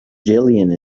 jillian